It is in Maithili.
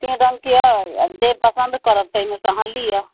तीन रंग के अछि जे पसंद करब ताहि मे सँ अहाँ लिअ